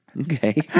Okay